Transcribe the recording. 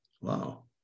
Wow